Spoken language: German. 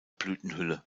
blütenhülle